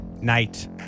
night